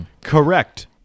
Correct